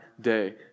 day